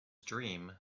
dream